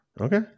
Okay